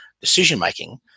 decision-making